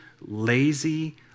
lazy